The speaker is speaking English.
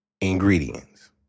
ingredients